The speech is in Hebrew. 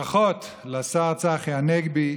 ברכות לשר צחי הנגבי,